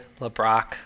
LeBrock